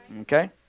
Okay